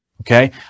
Okay